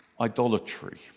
Idolatry